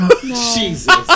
Jesus